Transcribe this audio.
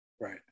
Right